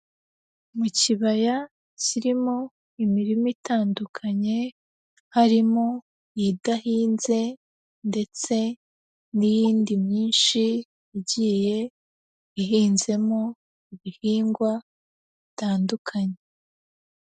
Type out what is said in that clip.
Mu kibaya kirimo imirima itandukanye, harimo idahinze, ndetse n'iyindi myinshi igiye ihinzemo ibihingwa bitandukanye.